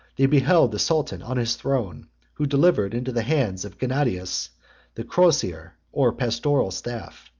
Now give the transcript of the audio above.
they beheld the sultan on his throne who delivered into the hands of gennadius the crosier or pastoral staff,